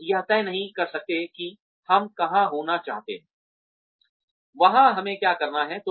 हम यह तय नहीं कर सकते हैं कि हम कहा होना चाहते हैं वहां हमें क्या करना है